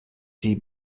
die